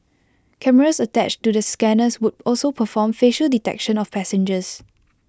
cameras attached to the scanners would also perform facial detection of passengers